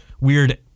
weird